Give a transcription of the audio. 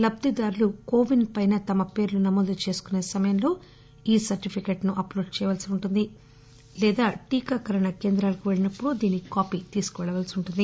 లబ్దిదారుల కోవిన్ పైన తమ పేర్లు నమోదు చేసుకుసే సమయంలో ఈ సర్టిఫికెట్ను అప్లోడ్ చేయాల్సి ఉంటుంది లేదా టీకాకరణ కేంద్రాలకు పెళ్లినప్పుడు కాపీ తీసుకుని పెళ్లవలసి ఉంటుంది